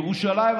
ירושלים,